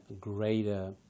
greater